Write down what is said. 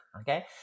Okay